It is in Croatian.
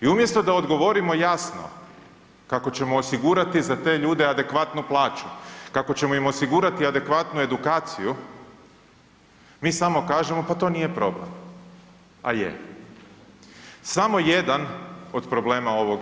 I umjesto da odgovorimo jasno kako ćemo osigurati za te ljude adekvatnu plaću, kako ćemo im osigurati adekvatnu edukaciju, mi samo kažemo pa to nije problem, a je samo jedan od problema ovog